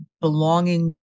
belonging